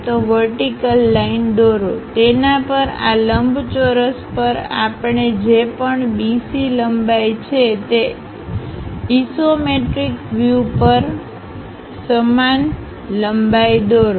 તો vertical line દોરો તેના પર આ લંબચોરસ પર આપણે જે પણ BC લંબાઈ છે તે ઇસોમેટ્રિક વ્યૂ પર સમાન લંબાઈ દોરો